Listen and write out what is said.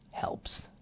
helps